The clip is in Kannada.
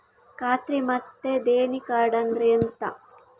ಖಾತ್ರಿ ಮತ್ತೆ ದೇಣಿ ಕಾರ್ಡ್ ಅಂದ್ರೆ ಎಂತ?